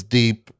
deep